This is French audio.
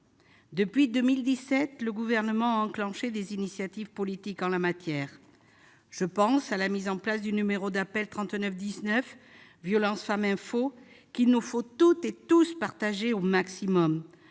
Depuis 2017, le Gouvernement a pris des initiatives politiques en la matière. Je pense à la mise en place du numéro d'appel 3919, Violences Femmes Information. Nous devons toutes et tous faire connaître au maximum